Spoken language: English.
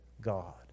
God